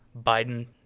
Biden